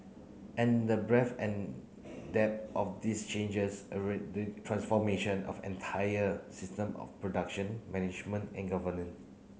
and the breadth and depth of these changes the transformation of entire system of production management and governance